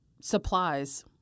supplies